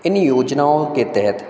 इन योजनाओं के तहत